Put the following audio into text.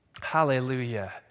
Hallelujah